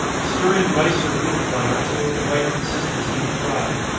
stir in rice or wheat flour till of the right consistency to fry.